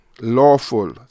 lawful